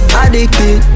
addicted